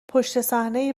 پشتصحنهی